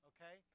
Okay